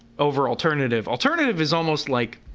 over alternative alternative is almost like